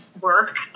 work